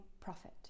profit